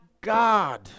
God